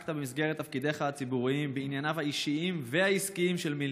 עסקת במסגרת תפקידיך הציבוריים בענייניו האישיים והעסקיים של מילצ'ן.